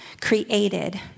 created